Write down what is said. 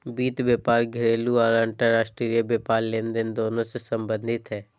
वित्त व्यापार घरेलू आर अंतर्राष्ट्रीय व्यापार लेनदेन दोनों से संबंधित हइ